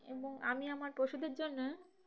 এবং আমি আমার পশুদের জন্য